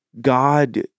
God